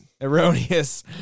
erroneous